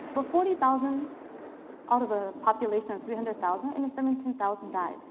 but forty thousand out of a population of three hundred thousand, and seventeen thousand died.